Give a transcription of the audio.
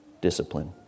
discipline